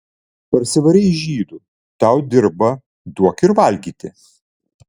parsivarei žydų tau dirba duok ir valgyti